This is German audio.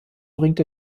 bringt